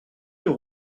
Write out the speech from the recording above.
nous